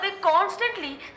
constantly